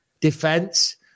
defense